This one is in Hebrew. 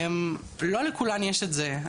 לא לכולן יש את זה.